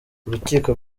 urukiko